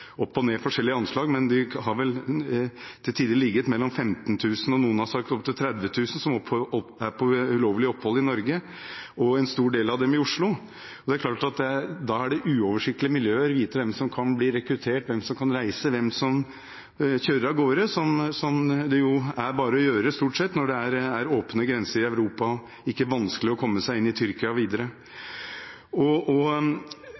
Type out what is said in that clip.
som oppholder seg i Norge ulovlig, og en stor del av dem i Oslo. Det er klart at da er det uoversiktlige miljøer – å vite hvem som kan bli rekruttert, hvem som kan reise, hvem som kjører av gårde. Det er det bare er å gjøre, stort sett, når det er åpne grenser i Europa og ikke vanskelig å komme seg inn i Tyrkia og videre.